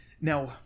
Now